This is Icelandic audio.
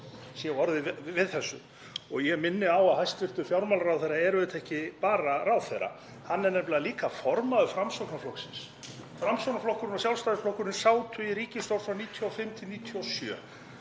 það að orðið sé við þessu. Ég minni á að hæstv. fjármálaráðherra er auðvitað ekki bara ráðherra. Hann er nefnilega líka formaður Framsóknarflokksins. Framsóknarflokkurinn og Sjálfstæðisflokkurinn sátu í ríkisstjórn frá 1995 til 1997.